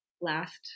last